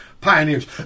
pioneers